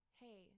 hey